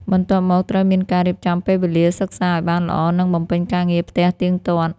បន្ទាប់់មកត្រូវមានការរៀបចំពេលវេលាសិក្សាឲ្យបានល្អ និងបំពេញការងារផ្ទះទៀងទាត់។